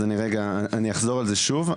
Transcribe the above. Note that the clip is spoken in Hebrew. אז אני רגע, אני אחזור על זה שוב.